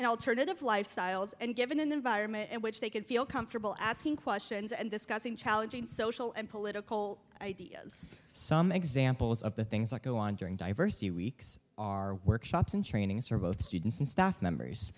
and alternative lifestyles and given the environment in which they can feel comfortable asking questions and discussing challenging social and political ideas some examples of the things that go on during diversity weeks are workshops and trainings for both students and staff members